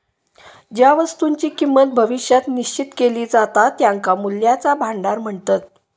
ज्या वस्तुंची किंमत भविष्यात निश्चित केली जाता त्यांका मूल्याचा भांडार म्हणतत